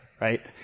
right